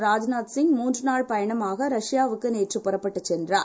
Rajnath Singh மூன்றுநாள்பயணமாகரஷ்யாவுக்குநேற்றுபுறப்பட்டுச்சென்றார்